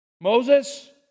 Moses